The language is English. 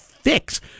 fix